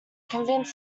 convinced